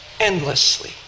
endlessly